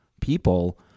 people